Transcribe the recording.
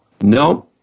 No